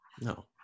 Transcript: No